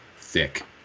thick